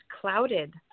clouded